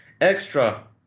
Extra